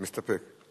מסתפק?